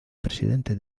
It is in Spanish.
presidente